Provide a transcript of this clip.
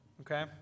okay